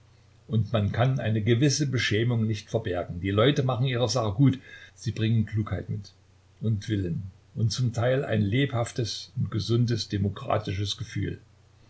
und man kann eine gewisse beschämung nicht verbergen die leute machen ihre sache gut sie bringen klugheit mit und willen und zum teil ein lebhaftes und gesundes demokratisches gefühl